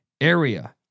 area